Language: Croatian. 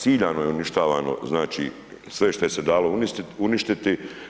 Ciljano je uništavano, znači, sve što je se dalo uništiti.